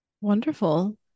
wonderful